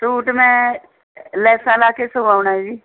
suit ਮੈਂ ਲੈਸਾਂ ਲਾ ਕੇ ਸਵਾਉਣਾ ਹੈ ਜੀ